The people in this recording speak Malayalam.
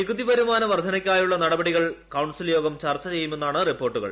നികുതി വരുമാന വർദ്ധനയ്ക്കായുള്ള നടപടികൾ കൌൺസിൽ യോഗം ചർച്ച ചെയ്യുമെന്നാണ് റിപ്പോർട്ടുകൾ